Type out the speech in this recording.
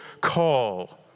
call